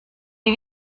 die